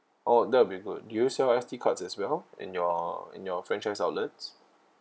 oh that'll be good do you sell S_D cards as well in your in your franchise outlets